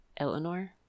Eleanor